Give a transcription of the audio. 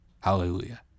Hallelujah